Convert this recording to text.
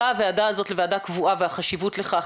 הוועדה הזאת לוועדה קבועה והחשיבות לכך,